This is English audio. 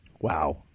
Wow